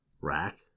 rack